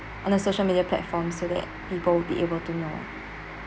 and the social media platform so that people will be able to know